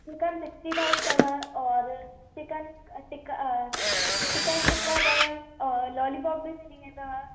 chicken sixty five अथव और chicken tikka chicken tikka अथव और लोलीपॉप बि मिली वेंदव